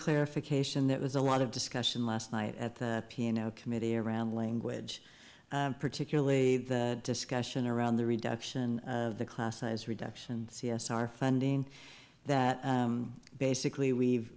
clarification that was a lot of discussion last night at the piano committee around language particularly the discussion around the reduction of the class size reduction c s r funding that basically we've